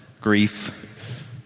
grief